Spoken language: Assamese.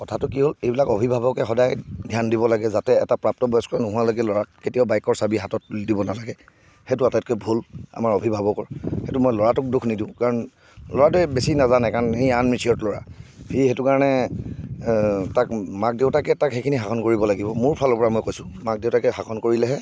কথাটো কি হ'ল এইবিলাক অভিভাৱকে সদায় ধ্যান দিব লাগে যাতে এটা প্ৰাপ্ত বয়স্ক নোহোৱালৈকে ল'ৰাক কেতিয়াও বাইকৰ চাবি হাতত তুলি দিব নালাগে সেইটো আটাইতকৈ ভূল আমাৰ অভিভাৱকৰ এইটো মই ল'ৰাটোক দোষ নিদিওঁ কাৰণ ল'ৰাটোৱে বেছি নাজানে কাৰণ আন মেচিঅৰ্ড ল'ৰা সি সেইটো কাৰণে তাক মাক দেউতাকে সেইখিনি শাসন কৰিব লাগিব মোৰ ফালৰপৰা মই সেইখিনি কৈছো মাক দেউতাকে শাসন কৰিলেহে